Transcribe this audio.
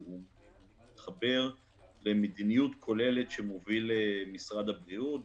הוא מתחבר למדיניות כוללת שמוביל משרד הבריאות.